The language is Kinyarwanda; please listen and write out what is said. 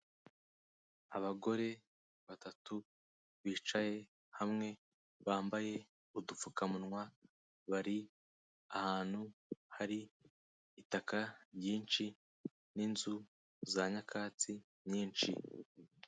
Abagore batatu bicaye hamwe, bambaye udupfukamunwa, bari ahantu hari itaka ryinshi n'inzu za nyakatsi nyinshi.